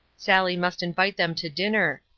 sally must invite them to dinner.